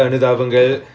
so like complete